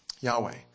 Yahweh